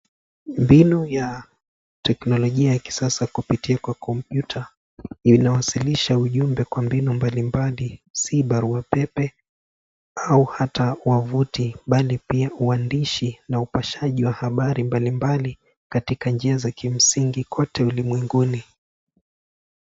Mbinu ya kiteknolojia ya kisasa kupitia kompyuta inawasilisha ujumbe kwa mbinu mbalimbali, si barua pepe au hata wavuti bali pia uandishi na upashaji wa habari mbalimbali katika njia za kimsingi kote ulimwenguni.